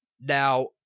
Now